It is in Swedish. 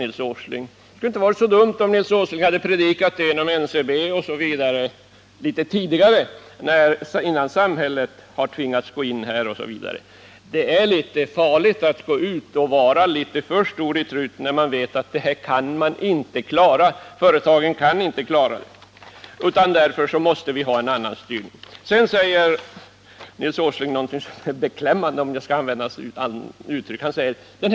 Det skulle inte ha varit dumt om Nils Åsling hade predikat det inom t.ex. NCB litet tidigare, innan samhället tvingades att gå in. Det är litet farligt att gå ut och vara alltför stor i truten, när man vet att företagen inte kan klara problemen utan att vi måste ha en annan styrning. Sedan säger Nils Åsling något som är beklämmande, om jag får använda samma uttryck som han själv använder.